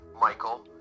Michael